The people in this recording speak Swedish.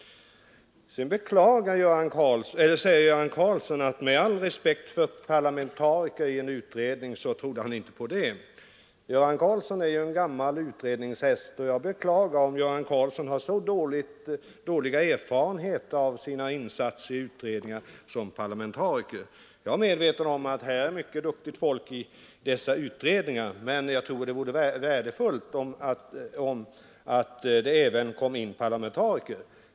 Sedan säger Göran Karlsson att med all respekt för parlamentariker i en utredning så tror han inte på vårt förslag om parlamentarikerrepresentation. Göran Karlsson är ju en gammal utredningshäst, och jag beklagar om han har så dåliga erfarenheter av sina insatser som parlamentariker i utredningar. Jag är medveten om att det är mycket duktigt folk i dessa utredningar, men jag tror det vore värdefullt att det även kom in parlamentariker.